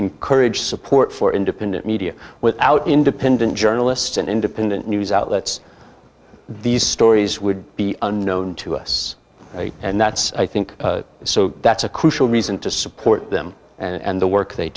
encourage support for independent media without independent journalists and independent news outlets these stories would be unknown to us and that's i think so that's a crucial reason to support them and the work they